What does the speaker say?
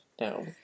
No